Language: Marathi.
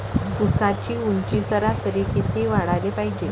ऊसाची ऊंची सरासरी किती वाढाले पायजे?